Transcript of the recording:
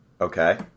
Okay